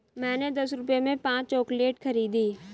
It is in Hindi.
मैंने दस रुपए में पांच चॉकलेट खरीदी